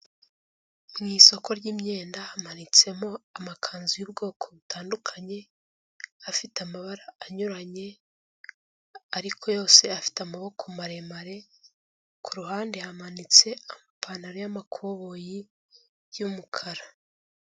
Mu isoko ry'imyenda hamanitsemo amakanzu y'ubwoko butandukanye afite amabara anyuranye ariko yose afite amaboko maremare, ku ruhande hamanitse amapantaro y'amakoboyi y'umukara.